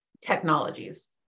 Technologies